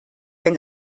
wenn